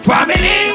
Family